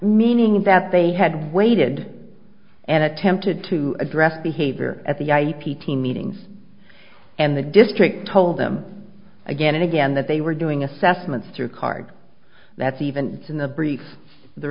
meaning that they had waited and attempted to address behavior at the i p t meetings and the district told them again and again that they were doing assessments through card that's even in the